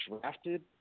drafted